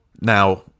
Now